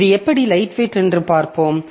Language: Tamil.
இது எப்படி லைட்வெயிட் என்று பார்ப்போம்